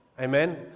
Amen